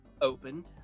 opened